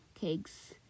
cakes